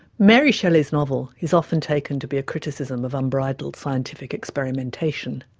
mary shelley's novel is often taken to be a criticism of unbridled scientific experimentation.